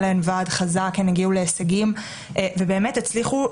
היה להן ועד חזק והן הגיעו להישגים ובאמת הצליחו